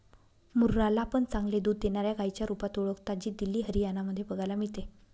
मुर्रा ला पण चांगले दूध देणाऱ्या गाईच्या रुपात ओळखता, जी दिल्ली, हरियाणा मध्ये बघायला मिळते